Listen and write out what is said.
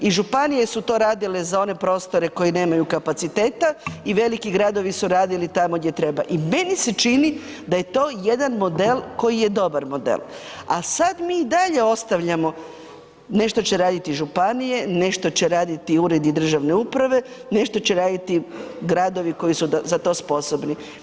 I županije su to radile za one prostore koje nemaju kapaciteta i veliki gradovi su radili tamo gdje treba i meni se čini da je to jedan model koji je dobar model, a sad mi i dalje ostavljamo nešto će raditi županije, nešto će raditi uredi državne uprave, nešto će raditi gradovi koji su za to sposobni.